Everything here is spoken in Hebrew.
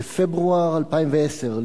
בפברואר 2010,